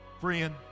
Friend